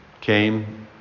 came